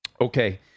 Okay